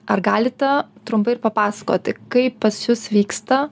ar galite trumpai ir papasakoti kaip pas jus vyksta